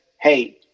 hey